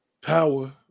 Power